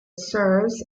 serves